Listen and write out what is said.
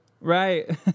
Right